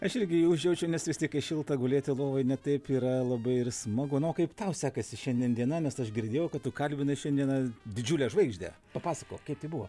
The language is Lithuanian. aš irgi jį užjaučiu nes vis tik kai šilta gulėti lovoj ne taip yra labai ir smagu na o kaip tau sekasi šiandien diena nes aš girdėjau kad tu kalbinai šiandieną didžiulę žvaigždę papasakok kaip tai buvo